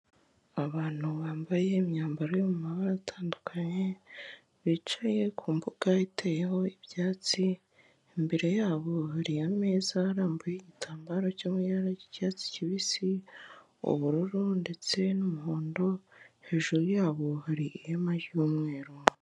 Abantu bambaye imyambaro yo mu mabara atandukanye bicaye ku mbuga iteyeho ibyatsi, imbere yabo hari ameza arambuyeho igitambaro cyo mu ibara ry'icyatsi kibisi, ubururu ndetse n'umuhondo, hejuru yabo hari ihema ry'umweru.